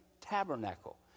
tabernacle